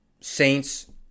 Saints